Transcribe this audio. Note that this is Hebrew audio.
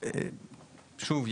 שוב,